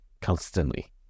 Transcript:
constantly